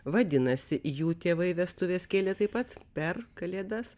vadinasi jų tėvai vestuves kėlė taip pat per kalėdas